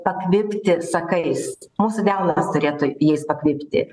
pakvipti sakais mūsų delnas turėtų jais pakreipti